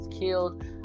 killed